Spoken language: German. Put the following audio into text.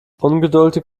ungeduldig